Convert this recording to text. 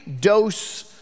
dose